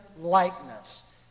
likeness